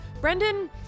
Brendan